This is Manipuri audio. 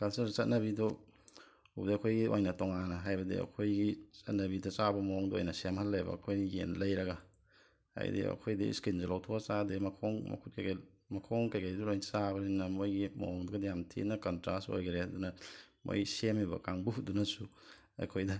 ꯀꯜꯆꯔ ꯆꯠꯅꯕꯤꯗꯣ ꯎꯕꯗꯩ ꯑꯩꯈꯣꯏꯒꯤ ꯑꯣꯏꯅ ꯇꯣꯉꯥꯟꯅ ꯍꯥꯏꯕꯗꯤ ꯑꯩꯈꯣꯏꯒꯤ ꯆꯠꯅꯕꯤꯗ ꯆꯥꯕ ꯃꯑꯣꯡꯗ ꯑꯣꯏꯅ ꯁꯦꯝꯍꯜꯂꯦꯕ ꯑꯩꯈꯣꯏꯅ ꯌꯦꯟ ꯂꯩꯔꯒ ꯍꯥꯏꯗꯤ ꯑꯩꯈꯣꯏꯗꯤ ꯁ꯭ꯀꯤꯟꯖꯨ ꯂꯧꯊꯣꯛꯑ ꯆꯥꯗꯦ ꯃꯈꯣꯡ ꯃꯈꯨꯠ ꯀꯩꯒꯩ ꯃꯈꯣꯡ ꯀꯩꯒꯩꯗꯣ ꯂꯣꯏꯅ ꯆꯥꯕꯅꯤꯅ ꯃꯣꯏꯒꯤ ꯃꯑꯣꯡꯗꯨꯒꯗꯤ ꯌꯥꯝ ꯊꯤꯅ ꯀꯟꯇ꯭ꯔꯥꯁ ꯑꯣꯏꯈꯔꯦ ꯑꯗꯨꯅ ꯃꯣꯏ ꯁꯦꯝꯃꯤꯕ ꯀꯥꯡꯕꯨꯗꯨꯅꯁꯨ ꯑꯩꯈꯣꯏꯅ